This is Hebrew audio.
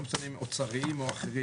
לא משנה אם אוצריים או אחרים.